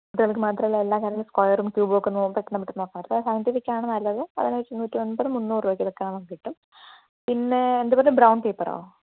കുട്ടികള്ക്ക് മാത്രമല്ല എല്ലാ കാര്യങ്ങളും സ്കൊയറും ക്യൂബും ഒക്കെ നമ്മക്ക് നോക്കാം അപ്പം സൈന്റിഫിക്ക് ആണ് നല്ലത് അത് ഏകദേശം നൂറ്റി ഒമ്പത് മൂന്നൂറ് രൂപയ്ക്ക് ഒക്കെ നമുക്ക് കിട്ടും പിന്നെ എന്ത് പറഞ്ഞ് ബ്രൗണ് പേപ്പറോ